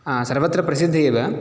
सर्वत्र प्रसिद्ध एव